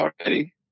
already